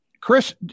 Chris